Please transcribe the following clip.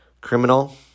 criminal